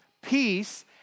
Peace